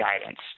guidance